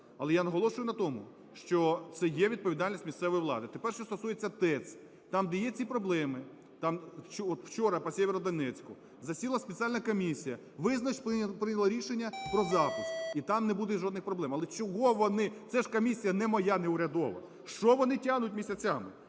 Але я наголошую на тому, що це є відповідальність місцевої влади. Тепер, що стосується ТЕЦ. Там, де є ці проблеми, там, от вчора поСєвєродонецьку, засіла спеціальна комісія, визначились, прийняли рішення про запуск. І там не буде жодних проблем. Але чого вони…? Це ж комісія не моя, не урядова! Що вони тягнуть місяцями?